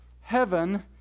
heaven